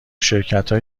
شرکتهای